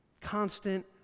constant